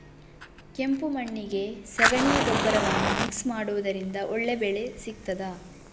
ಕೆಂಪು ಮಣ್ಣಿಗೆ ಸಗಣಿ ಗೊಬ್ಬರವನ್ನು ಮಿಕ್ಸ್ ಮಾಡುವುದರಿಂದ ಒಳ್ಳೆ ಬೆಳೆ ಸಿಗುತ್ತದಾ?